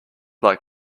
like